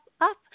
up